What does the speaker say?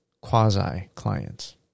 quasi-clients